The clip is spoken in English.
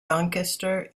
doncaster